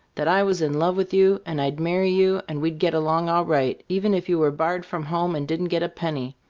that i was in love with you, and i'd marry you and we'd get along all right, even if you were barred from home, and didn't get a penny.